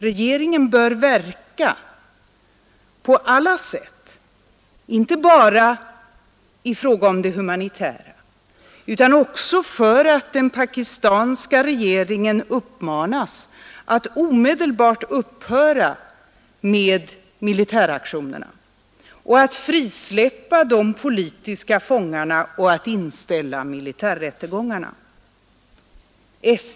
Regeringen bör verka på alla sätt, inte bara i fråga om det humanitära utan också för att den pakistanska regeringen uppmanas att omedelbart upphöra med militäraktionerna och att frisläppa de politiska fångarna samt att inställa militärrättegångarna.